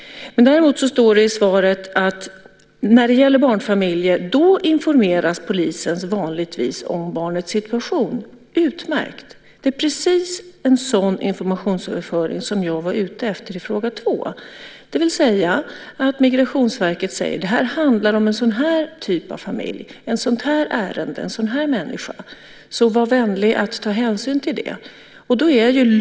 Däremot står det i svaret att när det gäller barnfamiljer informeras polisen vanligtvis om barnets situation. Utmärkt! Det är precis en sådan informationsöverföring som jag var ute efter i fråga två, det vill säga att Migrationsverket säger: Det här handlar om en sådan här typ av familj, ett sådant här ärende, en sådan här människa. Var vänlig ta hänsyn till det!